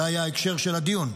זה היה ההקשר של הדיון.